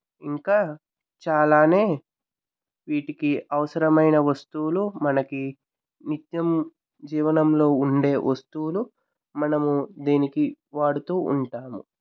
ఇంకా చాలానే వీటికి అవసరమైన వస్తువులు మనకి నిత్యం జీవనంలో ఉండే వస్తువులు మనము దీనికి వాడుతూ ఉంటాము